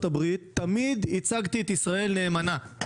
הברית תמיד ייצגתי את ישראל נאמנה,